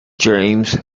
james